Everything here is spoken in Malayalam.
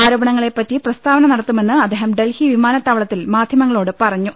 ആരോപണങ്ങളെപറ്റി പ്രസ്താവന നടത്തുമെന്ന് അദ്ദേഹം ഡൽഹി വിമാനത്താവ ളത്തിൽ മാധ്യമങ്ങളോട് പറഞ്ഞു